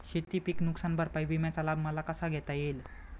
शेतीपीक नुकसान भरपाई विम्याचा लाभ मला कसा घेता येईल?